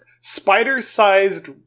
Spider-sized